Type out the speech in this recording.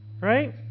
Right